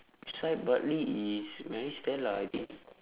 beside bartley is maris stella I think